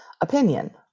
opinion